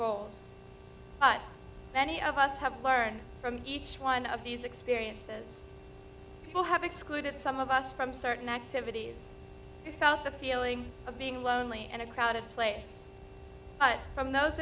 goals but many of us have learned from each one of these experiences people have excluded some of us from certain activities felt the feeling of being lonely and a crowded place but from those